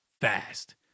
fast